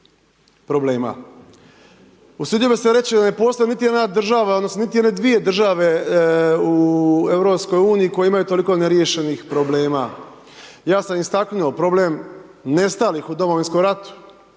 Usudio bi se reći da ne postoji niti jedna država odnosno niti jedne dvije države u Europskoj uniji koje imaju toliko neriješenih problema. Ja sam istaknuo problem nestalih u Domovinskom ratu,